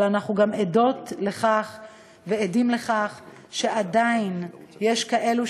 אבל אנחנו גם עדות ועדים לכך שעדיין יש כאלה